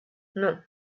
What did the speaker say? non